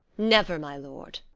never, my lord.